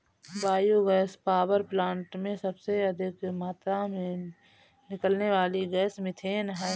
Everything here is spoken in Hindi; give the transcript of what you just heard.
बायो गैस पावर प्लांट में सबसे अधिक मात्रा में निकलने वाली गैस मिथेन है